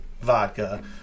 vodka